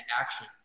action